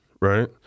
right